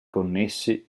connessi